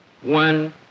One